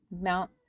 Mount